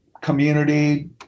community